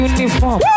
Uniform